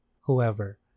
whoever